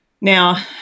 Now